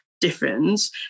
difference